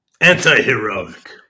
anti-heroic